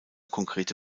konkrete